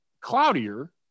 cloudier